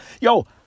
Yo